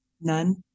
none